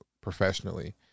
professionally